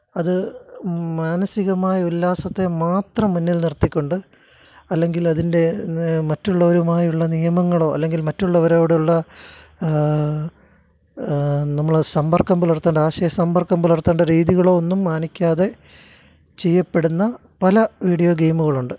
അത് മാനസികമായ ഉല്ലാസത്തെ മാത്രം മുന്നില് നിര്ത്തിക്കൊണ്ട് അല്ലെങ്കിൽ അതിന്റെ മറ്റുള്ളവരുമായുള്ള നിയമങ്ങളോ അല്ലെങ്കില് മറ്റുള്ളവരോടുള്ള നമ്മൾ സമ്പര്ക്കം പുലര്ത്താൻ ആശയ സമ്പര്ക്കം പുലര്ത്തേണ്ട രീതികളോ ഒന്നും മാനിക്കാതെ ചെയ്യപ്പെടുന്ന പല വീഡിയോ ഗെയിമുകളുണ്ട്